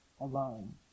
alone